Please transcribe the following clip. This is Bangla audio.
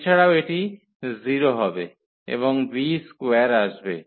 এছাড়াও এটি 0 হবে এবং b স্কোয়ার আসবে